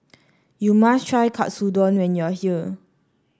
you must try Katsudon when you are here